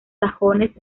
sajones